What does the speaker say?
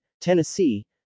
Tennessee